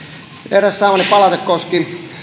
yritykset eräs saamani palaute koski